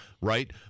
right